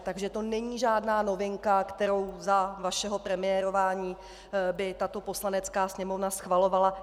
Takže to není žádná novinka, kterou by za vašeho premiérování tato Poslanecká sněmovna schvalovala.